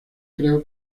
creo